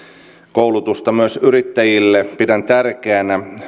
koulutusta myös yrittäjille pidän tärkeänä